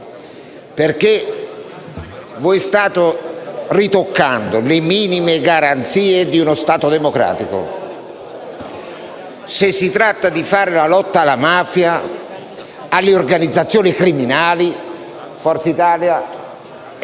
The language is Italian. perché voi state ritoccando le minime garanzie di uno Stato democratico. Se si tratta di fare la lotta alla mafia e alle organizzazioni criminali, Forza Italia